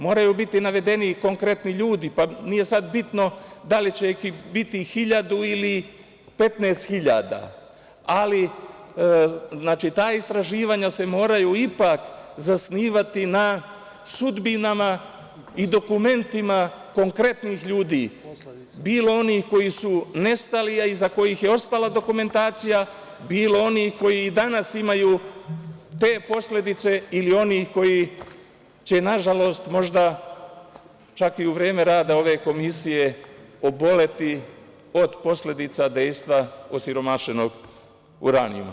Moraju biti navedeni i konkretni ljudi, pa nije sad bitno da li će ih biti hiljadu ili 15 hiljada, ali ta istraživanja se moraju ipak zasnivati na sudbinama i dokumentima konkretnih ljudi, bilo onih koji su nestali, a iza kojih je ostala dokumentacija, bilo onih koji i danas imaju te posledice ili oni koji će, nažalost, možda čak i u vreme rada ove komisije oboleti od posledica dejstva osiromašenog uranijuma.